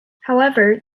however